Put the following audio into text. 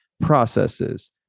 processes